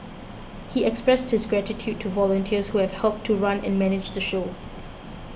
he expressed his gratitude to volunteers who have helped to run and manage the show